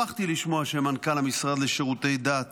שמחתי לשמוע שמנכ"ל המשרד לשירותי דת